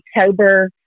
October